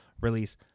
release